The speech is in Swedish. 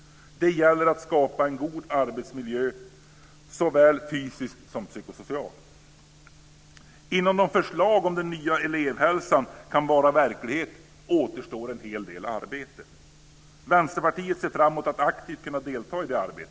Det gäller att skapa en god arbetsmiljö såväl fysiskt som psykosocialt. Innan förslagen om den nya elevhälsan kan bli verklighet återstår en hel del arbete. Vänsterpartiet ser fram mot att aktivt kunna delta i det arbetet.